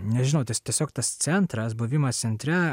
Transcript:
nežinau tiesiog tas centras buvimas centre